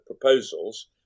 proposals